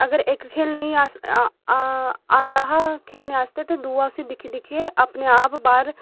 अगर इक खेढने ई अस औंदा दा खेढने आस्तै ते दूआ उसी दिक्खी दिक्खियै अपने आप बाह्र